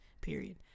period